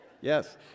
yes